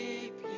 keep